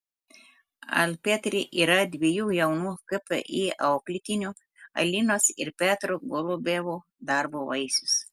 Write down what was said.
alpetri yra dviejų jaunų kpi auklėtinių alinos ir petro golubevų darbo vaisius